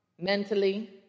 mentally